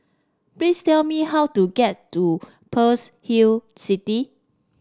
please tell me how to get to Pearl's Hill City